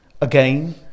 Again